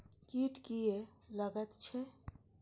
कीट किये लगैत छै?